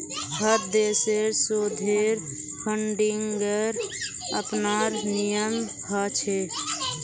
हर देशेर शोधेर फंडिंगेर अपनार नियम ह छे